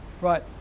right